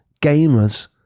gamers